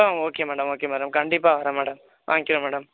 ஆ okay madam okay madam கண்டிப்பாக வரேன் madam வாங்கிறேன் மேடம்